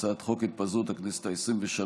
הצעת חוק התפזרות הכנסת העשרים-ושלוש,